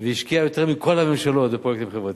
והשקיעה יותר מכל הממשלות בפרויקטים חברתיים.